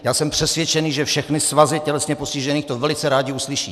Já jsem přesvědčený, že všechny svazy tělesně postižených to velice rády uslyší.